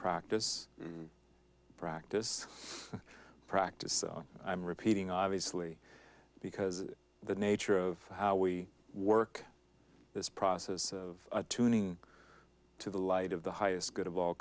practice practice practice so i'm repeating obviously because the nature of how we work this process of tuning to the light of the highest good of all